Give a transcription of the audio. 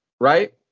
right